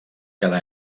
cada